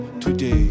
today